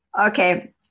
okay